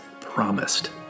promised